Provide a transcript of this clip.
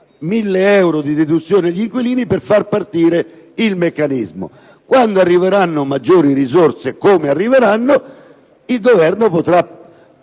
1.000 euro di deduzione agli inquilini per far partire il meccanismo; quando arriveranno maggiori risorse, come arriveranno, il Governo potrà